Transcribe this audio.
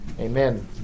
Amen